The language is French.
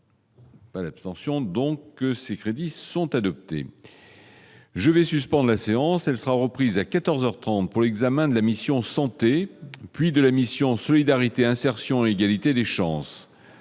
L'abstention donc ces crédits sont adoptés, je vais suspende la séance, elle sera reprise à 14 heures 30 pour l'examen de la mission santé puis de la mission Solidarité, insertion et égalité des chances